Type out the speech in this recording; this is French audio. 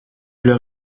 leur